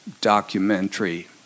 documentary